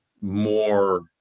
more